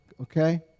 okay